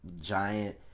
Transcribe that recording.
giant